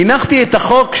הנחתי את החוק.